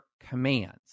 commands